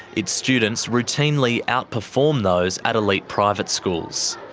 its students routinely outperform those at elite private schools.